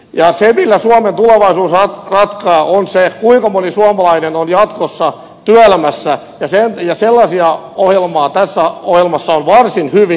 ja se millä suomen tulevaisuus ratkeaa on se kuinka moni suomalainen on jatkossa työelämässä ja sellaisia toimenpiteitä tässä ohjelmassa on varsin hyvin